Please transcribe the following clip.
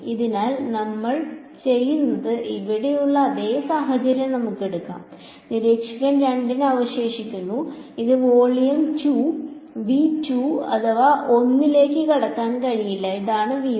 അതിനാൽ നമ്മൾ ചെയ്യുന്നത് ഇവിടെയുള്ള അതേ സാഹചര്യം നമുക്ക് എടുക്കാം നിരീക്ഷകൻ 2 ഇവിടെ അവശേഷിക്കുന്നു ഇത് വോളിയം 1 ലേക്ക് കടക്കാൻ കഴിയില്ല ഇതാണ് V 1